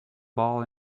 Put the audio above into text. ball